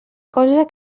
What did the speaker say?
cosa